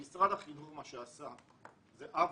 מה שעשה משרד החינוך זה עוול,